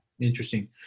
Interesting